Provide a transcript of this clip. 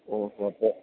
ഓ അപ്പോൾ